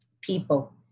people